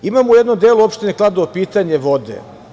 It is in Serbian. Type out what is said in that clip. Imamo u jednom delu opštine Kladovo pitanje vode.